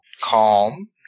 calm